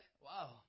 Wow